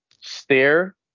stare